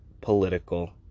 political